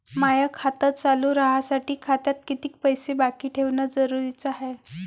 माय खातं चालू राहासाठी खात्यात कितीक पैसे बाकी ठेवणं जरुरीच हाय?